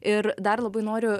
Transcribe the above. ir dar labai noriu